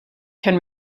can